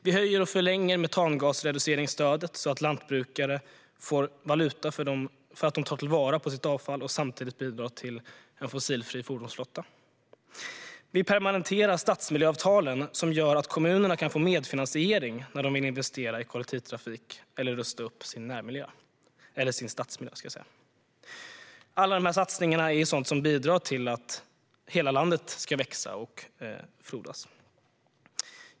Vi höjer och förlänger metangasreduceringsstödet så att lantbrukare får valuta för att de tar till vara sitt avfall och samtidigt bidrar till en fossilfri fordonsflotta. Vi permanentar stadsmiljöavtalen, som gör att kommunerna kan få medfinansiering när de vill investera i kollektivtrafik eller rusta upp sin stadsmiljö. Alla dessa satsningar är sådant som bidrar till att hela landet ska växa och frodas.